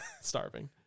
starving